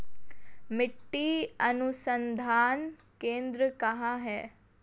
मिट्टी अनुसंधान केंद्र कहाँ है?